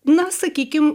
na sakykim